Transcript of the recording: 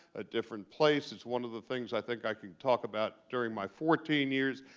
a different place. it's one of the things i think i can can talk about during my fourteen years.